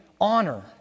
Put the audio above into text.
honor